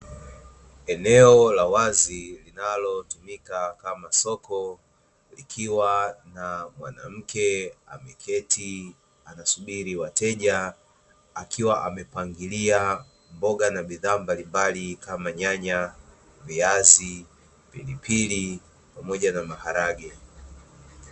Eneo la wazi linalotumika kama soko, likiwa na mwanamke ameketi anasubiri wateja, akiwa amepangilia mboga na bidhaa mbalimbali kama nyanya, viazi, pilipili pamoja na maharage.